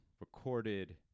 recorded